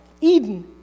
Eden